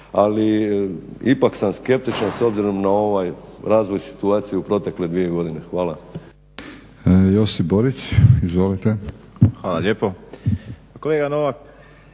ali ipak sam skeptičan s obzirom na ovaj razvoj situacije u protekle dvije godine. Hvala.